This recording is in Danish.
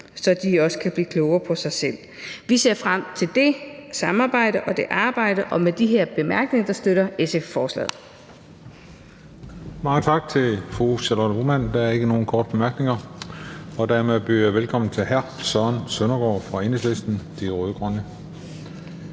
så de også kan blive klogere på sig selv. Vi ser frem til det samarbejde og det arbejde, og med de her bemærkninger støtter SF forslaget.